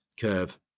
curve